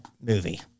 movie